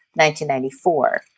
1994